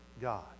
god